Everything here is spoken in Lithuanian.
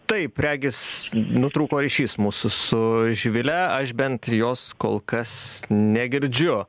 taip regis nutrūko ryšys mūsų su živile aš bent jos kol kas negirdžiu